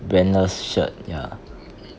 brandless shirt ya